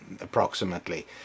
approximately